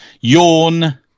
Yawn